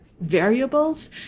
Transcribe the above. variables